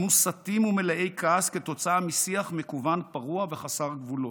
הם מוסתים ומלאי כעס כתוצאה משיח מקוון פרוע וחסר גבולות.